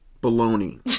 bologna